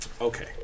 Okay